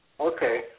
Okay